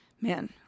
man